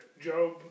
Job